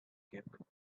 cable